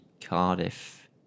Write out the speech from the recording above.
Cardiff